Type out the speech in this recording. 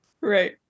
Right